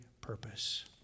purpose